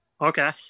Okay